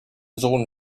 sohn